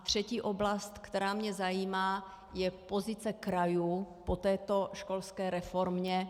Třetí oblast, která mě zajímá, je pozice krajů po této školské reformě.